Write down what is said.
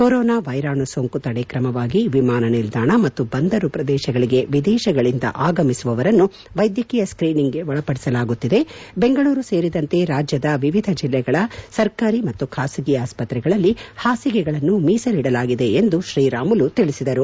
corona ವೈರಾಣು ಸೋಂಕು ತಡೆ ಕ್ರಮವಾಗಿ ವಿಮಾನ ನಿಲ್ದಾಣ ಮತ್ತು ಬಂದರು ಪ್ರದೇಶಗಳಿಗೆ ವಿದೇಶಗಳಿಂದ ಆಗಮಿಸುವವರನ್ನು ವೈದ್ಯಕೀಯ ಸ್ತೀನಿಂಗ್ಗೆ ಒಳಪಡಿಸಲಾಗುತ್ತಿದೆ ಬೆಂಗಳೂರು ಸೇರಿದಂತೆ ರಾಜ್ಯದ ವಿವಿಧ ಜಿಲ್ಲೆಗಳ ಸರ್ಕಾರಿ ಮತ್ತು ಖಾಸಗಿ ಆಸ್ಪತ್ತೆಗಳಲ್ಲಿ ಪಾಸಿಗೆಗಳನ್ನು ಮೀಸಲಿಡಲಾಗಿದೆ ಎಂದು ತ್ರೀರಾಮುಲು ತಿಳಿಸಿದರು